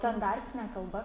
standartinė kalba